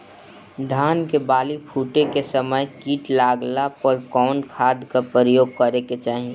धान के बाली फूटे के समय कीट लागला पर कउन खाद क प्रयोग करे के चाही?